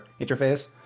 interface